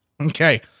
Okay